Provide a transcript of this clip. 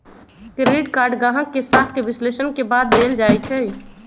credit card गाहक के साख के विश्लेषण के बाद देल जाइ छइ